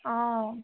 অঁ